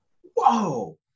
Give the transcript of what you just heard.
whoa